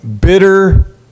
bitter